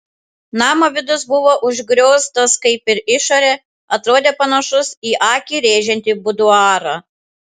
namo vidus buvo užgrioztas kaip ir išorė atrodė panašus į akį rėžiantį buduarą